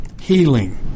healing